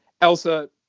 Elsa